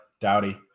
Dowdy